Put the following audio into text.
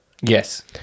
Yes